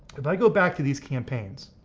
if i go back to these campaigns,